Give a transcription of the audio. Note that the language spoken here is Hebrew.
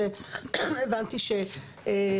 מתיקי המסמכים ,